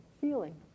feeling